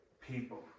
people